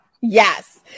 Yes